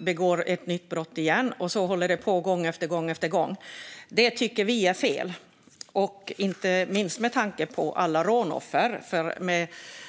begår ett nytt brott igen, och så håller det på gång efter gång. Det tycker vi är fel, inte minst med tanke på alla rånoffer.